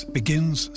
begins